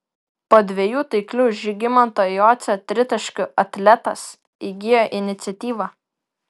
po dviejų taiklių žygimanto jocio tritaškių atletas įgijo iniciatyvą